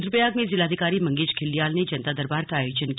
रुद्प्रयाग में जिलाधिकारी मंगेश धिल्डियाल ने जनता दरबार का आयोजन किया